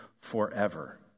forever